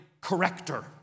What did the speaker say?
corrector